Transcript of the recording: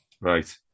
Right